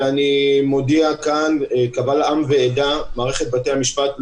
אני פותח את ישיבת ועדת החוקה, חוק ומשפט.